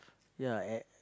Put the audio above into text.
ya and